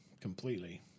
completely